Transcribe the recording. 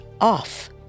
off